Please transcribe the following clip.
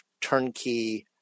turnkey